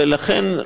ולכן,